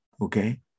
okay